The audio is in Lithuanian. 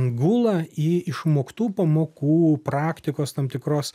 gula į išmoktų pamokų praktikos tam tikros